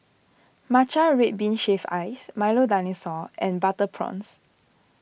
Matcha Red Bean Shaved Ice Milo Dinosaur and Butter Prawns